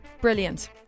brilliant